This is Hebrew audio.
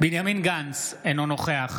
בנימין גנץ, אינו נוכח